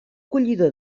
collidor